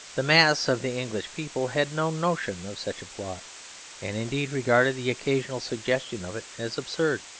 the mass of the english people had no notion of such a plot and indeed regarded the occasional suggestion of it as absurd.